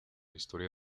historia